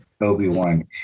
Obi-Wan